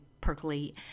percolate